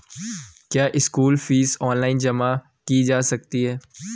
क्या school fees online जमा की जा सकती है?